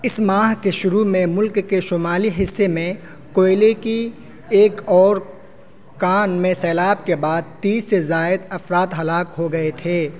اس ماہ کے شروع میں ملک کے شمالی حصے میں کوئلے کی ایک اور کان میں سیلاب کے بعد تیس سے زائد افراد ہلاک ہو گئے تھے